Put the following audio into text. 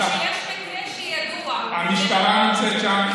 יש מקרה שידוע, המשטרה נמצאת שם.